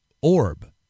orb